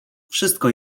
wszystko